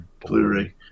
Blu-ray